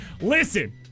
listen